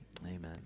Amen